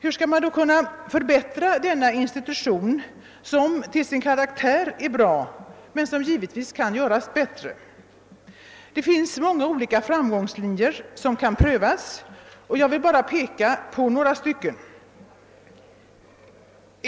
Hur skall man då kunna förbättra denna institution, som till sin karaktär är bra men som givetvis kan göras bättre? Det finns många olika framgångslinjer som kan prövas, och jag vill peka på några.